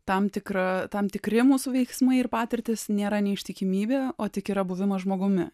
tam tikra tam tikri mūsų veiksmai ir patirtys nėra neištikimybė o tik yra buvimas žmogumi